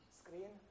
screen